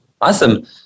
Awesome